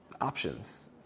options